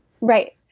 Right